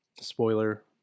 spoiler